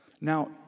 Now